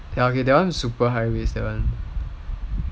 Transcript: okay ya that one super high risk that one